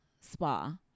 spa